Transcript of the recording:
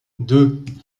deux